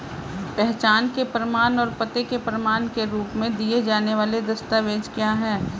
पहचान के प्रमाण और पते के प्रमाण के रूप में दिए जाने वाले दस्तावेज क्या हैं?